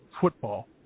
Football